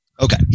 Okay